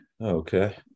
Okay